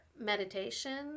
meditation